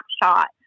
snapshot